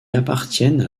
appartiennent